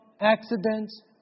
accidents